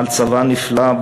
בעל צבא נפלא,